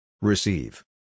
Receive